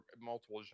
multiple